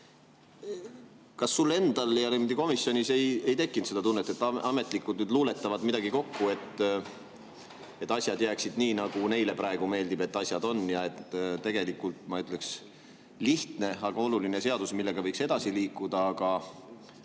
Kas sul endal või komisjonis ei tekkinud sellist tunnet, et ametnikud luuletavad midagi kokku, et asjad jääksid nii, nagu neile praegu meeldib, et asjad on? Tegelikult on see lihtne, aga oluline eelnõu, millega võiks edasi liikuda, aga